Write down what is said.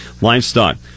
livestock